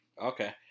okay